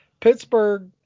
Pittsburgh